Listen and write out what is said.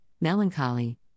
melancholy